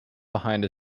behind